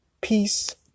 peace